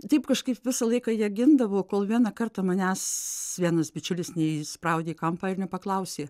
taip kažkaip visą laiką ją gindavau kol vieną kartą manęs vienas bičiulis neįspraudė kampą ir nepaklausė